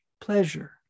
pleasure